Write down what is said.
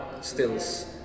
stills